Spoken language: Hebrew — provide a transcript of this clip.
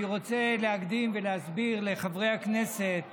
אני רוצה להקדים ולהסביר לחברי הכנסת